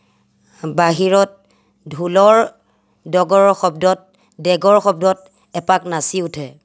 বাহিৰত ঢোলৰ ডগৰৰ শব্দত ডেকৰ শব্দত এপাক নাচি উঠে